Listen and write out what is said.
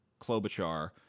Klobuchar